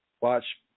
Watch